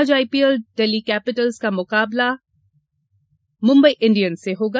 आज IPL Delhi capitals का मुकाबला मुंबई इंडियंस से होगा